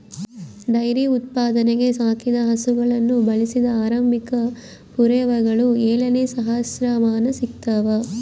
dairy ಉತ್ಪಾದನೆಗೆ ಸಾಕಿದ ಹಸುಗಳನ್ನು ಬಳಸಿದ ಆರಂಭಿಕ ಪುರಾವೆಗಳು ಏಳನೇ ಸಹಸ್ರಮಾನ ಸಿಗ್ತವ